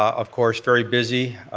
of course, very busy.